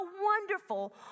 wonderful